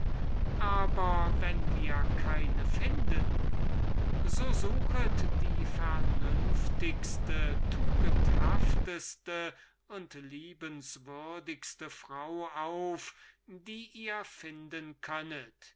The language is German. aber wenn wir keine finden so suchet die vernünftigste tugendhafteste und liebenswürdigste frau auf die ihr finden